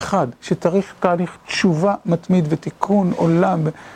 אחד שצריך תהליך תשובה מתמיד ותיקון עולם